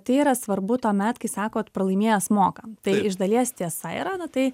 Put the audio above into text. tai yra svarbu tuomet kai sakot pralaimėjęs moka tai iš dalies tiesa yra na tai